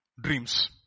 dreams